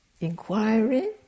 inquiry